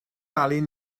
alun